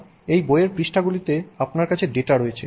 সুতরাং এই বইয়ের পৃষ্ঠাগুলিতে আপনার কাছে ডেটা রয়েছে